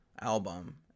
album